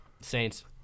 Saints